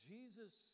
Jesus